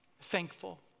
thankful